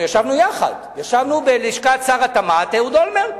ישבנו ביחד בלשכת שר התמ"ת אהוד אולמרט.